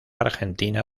argentina